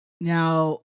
now